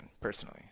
personally